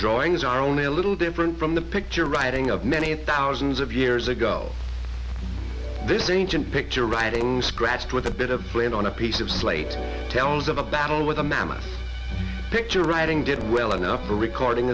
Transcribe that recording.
drawings are only a little different from the picture writing of many thousands of years ago this ancient picture writings scratched with a bit of playing on a piece of slate tells of a battle with a mammoth picture writing did well enough for recording